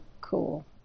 cool